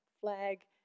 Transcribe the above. flag